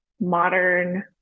modern